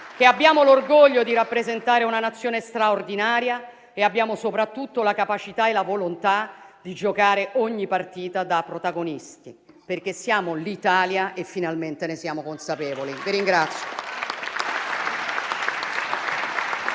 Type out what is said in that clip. che abbiamo l'orgoglio di rappresentare una Nazione straordinaria e che abbiamo soprattutto la capacità e la volontà di giocare ogni partita da protagonisti. Perché siamo l'Italia e, finalmente, ne siamo consapevoli. *(Vivi,